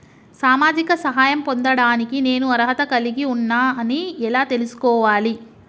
సామాజిక సహాయం పొందడానికి నేను అర్హత కలిగి ఉన్న అని ఎలా తెలుసుకోవాలి?